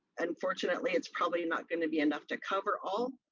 unfortunately it's probably not gonna be enough to cover all,